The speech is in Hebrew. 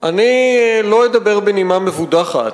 אני לא אדבר בנימה מבודחת,